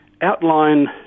outline